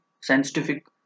scientific